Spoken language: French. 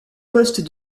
poste